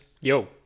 yo